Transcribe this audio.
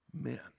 men